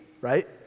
right